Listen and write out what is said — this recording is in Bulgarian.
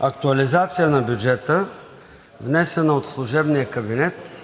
актуализация на бюджета, внесена от служебния кабинет,